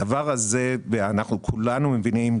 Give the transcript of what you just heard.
אנחנו כולנו מבינים,